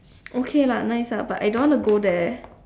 okay lah nice lah but I don't want to go there